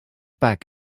back